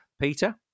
Peter